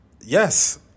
Yes